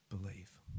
believe